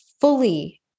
fully